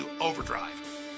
overdrive